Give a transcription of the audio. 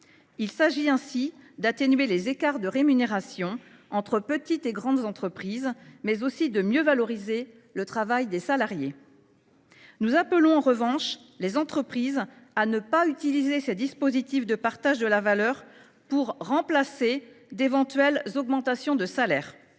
Il s’agit ainsi d’atténuer les écarts de rémunération entre salariés des petites et des grandes entreprises, mais aussi de mieux valoriser le travail. Nous appelons en revanche les entreprises à ne pas utiliser ces dispositifs de partage de la valeur en lieu et place d’éventuelles hausses de salaire.